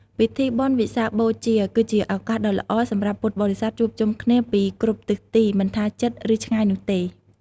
ពិធីបុណ្យវិសាខបូជាគឺជាឱកាសដ៏ល្អសម្រាប់ពុទ្ធបរិស័ទជួបជុំគ្នាពីគ្រប់ទិសទី មិនថាជិត ឬឆ្ងាយនោះទេ។